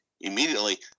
immediately